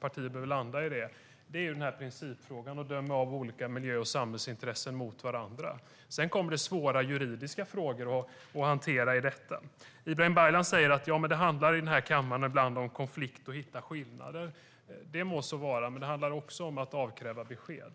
partierna måste landa, är principfrågan. Det handlar om att väga miljö och samhällsintressen mot varandra. Sedan kommer det svåra juridiska frågor att hantera i detta. Ibrahim Baylan säger att det här i kammaren ibland handlar om konflikter och om att hitta skillnader. Det må så vara, men det handlar också om att avkräva besked.